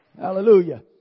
Hallelujah